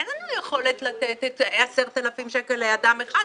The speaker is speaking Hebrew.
אין לנו יכולת לתת 10,000 שקל לאדם אחד,